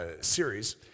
series